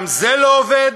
גם זה לא עובד?